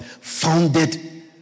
founded